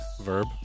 Verb